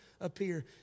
appear